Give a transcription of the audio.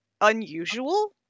unusual